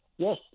Yes